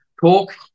talk